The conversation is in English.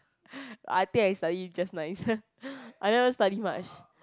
I think I study just nice I never study much